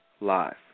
Live